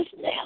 now